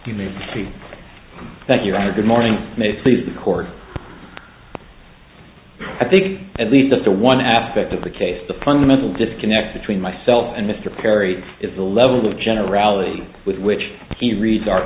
see that you are good morning macy's the court i think at least the one aspect of the case the fundamental disconnect between myself and mr perry is the level of generality with which he reads our